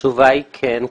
התשובה היא כן.